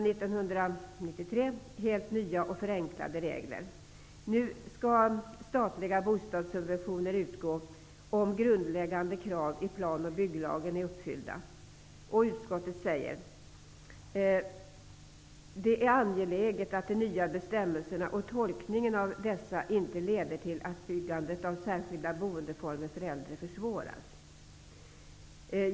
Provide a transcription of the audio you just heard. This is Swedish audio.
Nu skall statliga bostadssubventioner utgå om grundläggande krav i plan och bygglagen är uppfyllda. Utskottet säger att det är angeläget att de nya bestämmelserna och tolkningen av dessa inte leder till att byggandet av särskilda boendeformer för äldre försvåras.